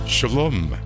Shalom